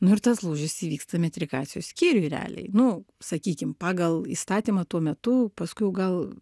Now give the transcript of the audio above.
nu ir tas lūžis įvyksta metrikacijos skyriuj realiai nu sakykim pagal įstatymą tuo metu paskui gal